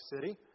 City